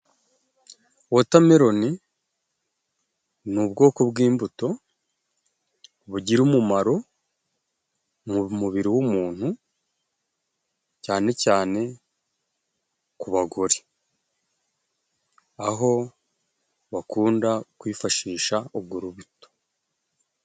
Wotameloni ni ubwoko bw'imbuto bugira umumaro mu mubiri w'umuntu cyane cyane ku bagore, aho bakunda kwifashisha urwo rubuto.